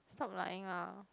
stop lying lah